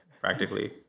practically